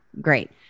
great